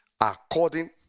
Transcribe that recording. according